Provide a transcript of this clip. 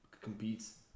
competes